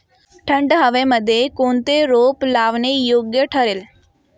थंड हवेमध्ये कोणते रोप लावणे योग्य ठरेल?